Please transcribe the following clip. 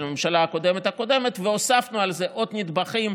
הממשלה הקודמת הקודמת והוספנו על זה עוד נדבכים,